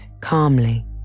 calmly